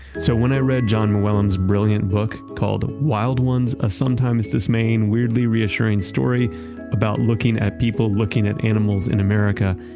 so, when i read jon mooallem's brilliant book called wild ones a sometimes dismaying, weirdly reassuring story about looking at people looking at animals in america.